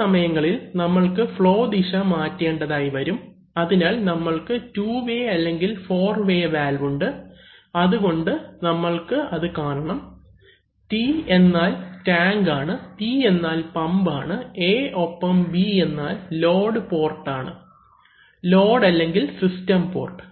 ചില സമയങ്ങളിൽ നമ്മൾക്ക് ഫ്ളോ ദിശ മാറ്റേണ്ടതായി വരും അതിനാൽ നമ്മൾക്ക് ടുവേ അല്ലെങ്കിൽ ഫോർവേ വാൽവ് ഉണ്ട് അതുകൊണ്ട് നമ്മൾക്ക് കാണണം T എന്നാൽ ടാങ്ക് ആണ് P എന്നാൽ പമ്പ് ആണ്A ഒപ്പം B എന്നാൽ ലോഡ് പോർട്ട് ആണ് ലോഡ് അല്ലെങ്കിൽ സിസ്റ്റം പോർട്ട്